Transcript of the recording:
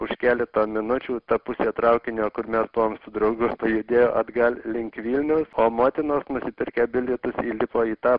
už keleto minučių tą pusė traukinio kur mes buvom su draugu pajudėjo atgal link vilniaus o motinos nusipirkę bilietus įlipo į tą